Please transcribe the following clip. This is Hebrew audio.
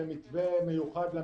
ואכן יש הזדמנות כאשר יש ועדה